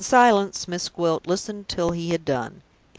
in silence, miss gwilt listened till he had done.